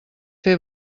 fer